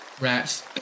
Rats